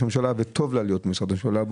הממשלה וטוב לה להיות במשרד ראש הממשלה.